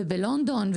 ובלונדון,